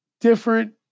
different